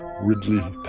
ridley